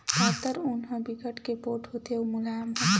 पातर ऊन ह बिकट के पोठ होथे अउ मुलायम होथे